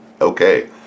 okay